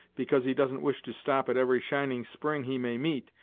because he doesn't wish to stop at every shining spring he may meet,